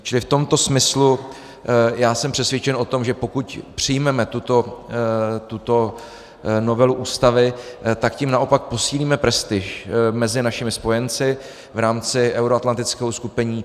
Čili v tomto smyslu jsem přesvědčen o tom, že pokud přijmeme tuto novelu Ústavy, tak tím naopak posílíme prestiž mezi našimi spojenci v rámci euroatlantického uskupení.